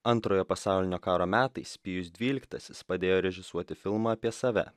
antrojo pasaulinio karo metais pijus dvyliktasis padėjo režisuoti filmą apie save